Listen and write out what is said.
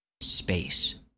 Space